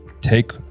Take